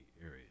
area